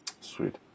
Sweet